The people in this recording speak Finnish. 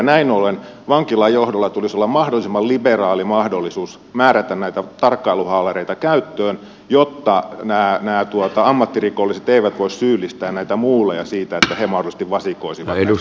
näin ollen vankilan johdolla tulisi olla mahdollisimman liberaali mahdollisuus määrätä näitä tarkkailuhaalareita käyttöön jotta ammattirikolliset eivät voi syyllistää näitä muuleja siitä että he mahdollisesti vasikoisivat näistä kuljetuksista